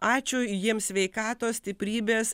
ačiū jiems sveikatos stiprybės